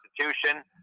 constitution